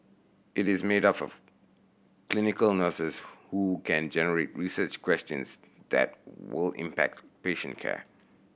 it is made up of clinical nurses who can generate research questions that will impact patient care